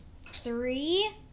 Three